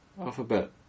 Alphabet